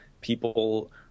people